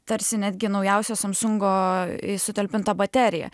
tarsi netgi naujausio samsungo sutalpinta baterija